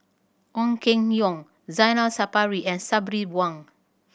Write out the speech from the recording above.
Ong Keng Yong Zainal Sapari and Sabri Buang